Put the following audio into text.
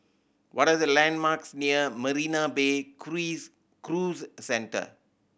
what are the landmarks near Marina Bay Cruise Centre